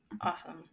awesome